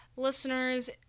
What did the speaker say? listeners